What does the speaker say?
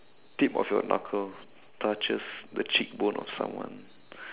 tip of your knuckle touches the cheekbone of someone